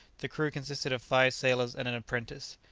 the crew consisted of five sailors and an apprentice.